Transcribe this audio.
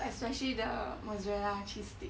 especially the mozzarella cheese stick